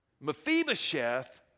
Mephibosheth